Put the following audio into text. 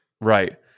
Right